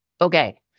Okay